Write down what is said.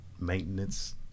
maintenance